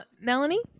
Melanie